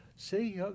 See